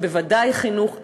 ובוודאי חינוך,